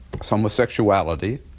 homosexuality